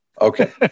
Okay